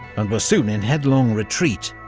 and were soon in headlong retreat,